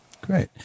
Great